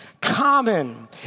Common